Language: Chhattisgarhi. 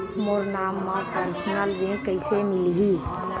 मोर नाम म परसनल ऋण कइसे मिलही?